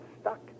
stuck